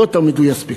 לא תמיד הוא יספיק.